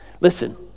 Listen